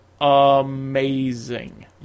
amazing